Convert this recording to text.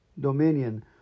dominion